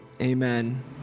Amen